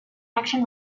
action